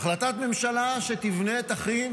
החלטת ממשלה שתבנה ותכין